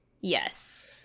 Yes